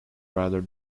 rather